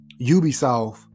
Ubisoft